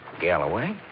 Galloway